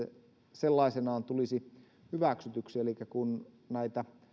sellaisenaan tulisi hyväksytyksi elikkä on hyvä ottaa huomioon että kun näitä